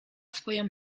swoją